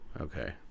Okay